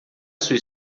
sua